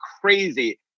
crazy